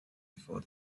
before